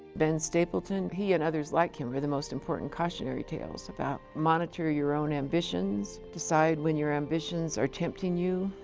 ben stapleton, he and others like him are the most important cautionary tales about monitor your own ambitions, decide when your ambitions are tempting you.